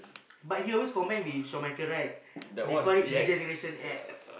but he always combine with Shawn-Michael right they call it D-Generation-X